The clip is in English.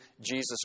Jesus